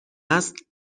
است